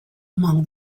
among